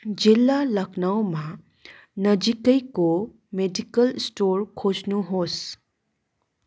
जिल्ला लखनउमा नजिकैको मेडिकल स्टोर खोज्नुहोस्